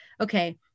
Okay